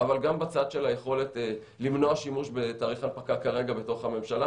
אבל גם בצד של היכולת למנוע שימוש בתאריך הנפקה כרגע בתוך הממשלה,